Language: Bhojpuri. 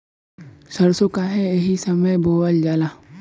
सरसो काहे एही समय बोवल जाला?